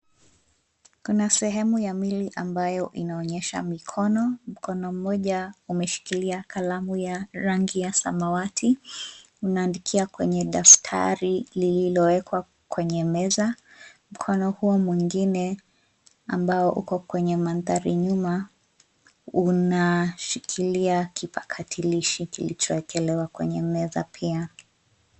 Kuna sehemu ya mwili ambayo inaonyesha mikono, mkono mmoja, umeshikilia kalamu ya rangi ya samawati, unaandikia kwenye daftari lililowekwa kwenye meza, mkono huu mwingine, ambao uko kwenye mandhari nyuma, unashikilia kipakatilishi kilichowekelewa kwenye meza pia.